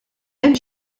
hemm